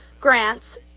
grants